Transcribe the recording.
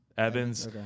Evans